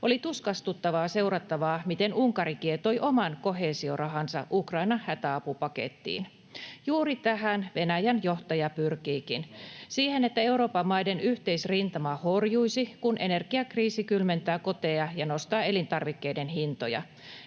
Oli tuskastuttavaa seurattavaa, miten Unkari kietoi oman koheesiorahansa Ukraina-hätäapupakettiin. Juuri tähän Venäjän johtaja pyrkiikin, siihen, että Euroopan maiden yhteisrintama horjuisi, kun energiakriisi kylmentää koteja ja nostaa elintarvikkeiden hintoja.